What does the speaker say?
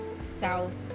south